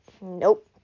nope